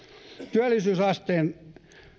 työllisyysasteen